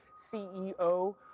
CEO